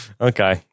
okay